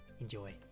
enjoy